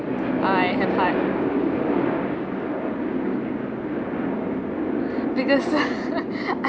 I have heart because I